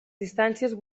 distàncies